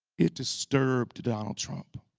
it disturbed donald trump.